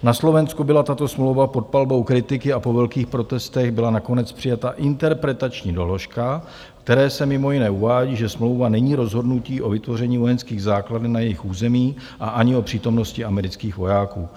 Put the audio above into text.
Na Slovensku byla tato smlouva pod palbou kritiky a po velkých protestech byla nakonec přijata interpretační doložka, ve které se mimo jiné uvádí, že smlouva není rozhodnutí o vytvoření vojenských základen na jejich území a ani o přítomnosti amerických vojáků.